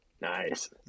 Nice